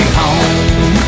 home